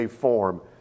form